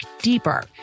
deeper